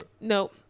no